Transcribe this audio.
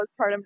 postpartum